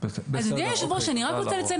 אדוני היו"ר אני רק רוצה לציין,